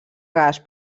gas